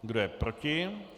Kdo je proti?